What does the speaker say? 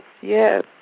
yes